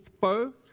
first